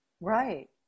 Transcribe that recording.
right